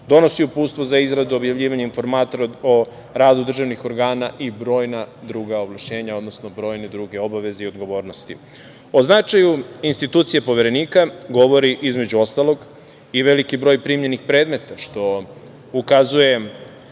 donosi uputstvo za izradu objavljivanja informatora o radu državnih organa i brojna druga ovlašćenja, odnosno brojne druge obaveze i odgovornosti.O značaju institucije Poverenika govori, između ostalog i veliki broj primljenih predmeta, što ukazuje